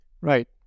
Right